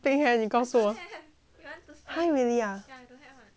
!huh! really 你是天真的没有啊